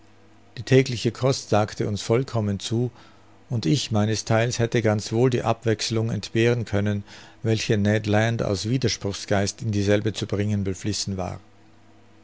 die tägliche kost sagte uns vollkommen zu und ich meines theils hätte ganz wohl die abwechselung entbehren können welche ned land aus widerspruchsgeist in dieselbe zu bringen beflissen war